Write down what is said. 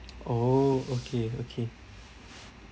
oh okay okay